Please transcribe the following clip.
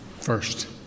first